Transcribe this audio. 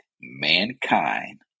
mankind